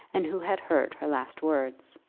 and who had heard her last words.